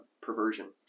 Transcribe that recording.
perversion